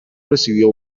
recibió